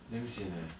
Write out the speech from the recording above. damn sian eh